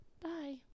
bye